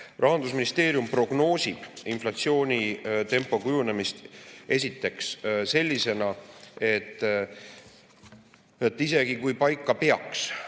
Rahandusministeerium prognoosib inflatsioonitempo kujunemist sellisena, et isegi kui paika peab